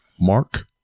Mark